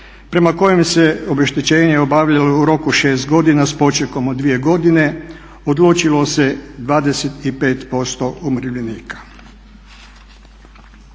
prema kojem se obeštećenje obavljalo u roku 6 godina s počekom od 2 godine odlučilo se 25% umirovljenika.